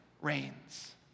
reigns